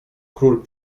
król